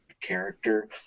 character